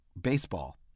baseball